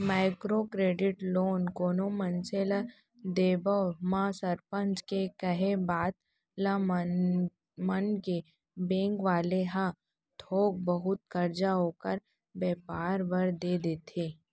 micro credit loan कोनो मनसे ल देवब म सरपंच के केहे बात ल मानके बेंक वाले ह थोक बहुत करजा ओखर बेपार बर देय देथे